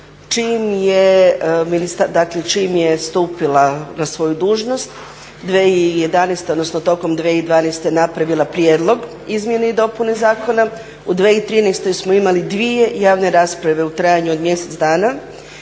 čim je stupila na svoju dužnost 2011. odnosno tokom 2012. napravila prijedlog izmjene i dopune zakona, u 2013. smo imali 2 javne rasprave u trajanju od mjesec dana.